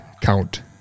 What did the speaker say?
Count